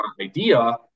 idea